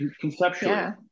Conceptually